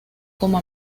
como